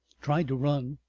tried to run.